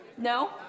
No